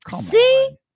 see